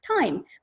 time